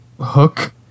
hook